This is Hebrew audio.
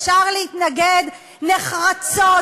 אפשר להתנגד נחרצות,